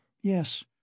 Yes